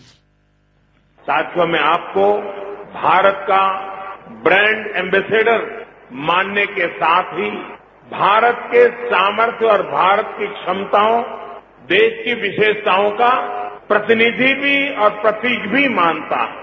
bite साथियों मैं आपको भारत का ब्रैंड एम्बेस्डर मानने के साथ ही भारत के सामर्थ और भारत की क्षमताओं देश की विशेषताओं का प्रतिनिधि भी और प्रतीक भी मानता हूं